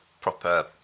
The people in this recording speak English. proper